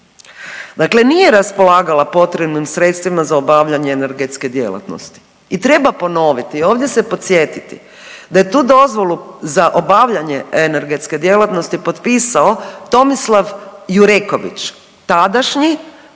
dakle nije raspolagala potrebnim sredstvima za obavljanje energetske djelatnosti. I treba ponoviti, ovdje se podsjetiti da je tu dozvolu za obavljanje energetske djelatnosti potpisao Tomislav Jureković tadašnji